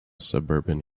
suburban